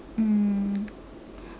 um